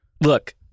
Look